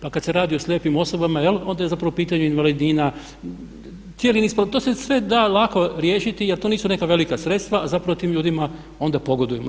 Pa kada se radi o slijepim osobama onda je zapravo u pitanju invalidnina, cijeli niz, to se sve da lako riješiti jer to nisu neka velika sredstva a zapravo tim ljudima onda pogodujemo.